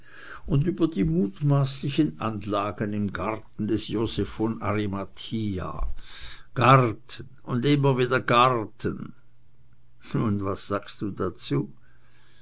und über die mutmaßlichen anlagen im garten des joseph von arimathia garten und immer wieder garten nun was sagst du dazu